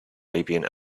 arabian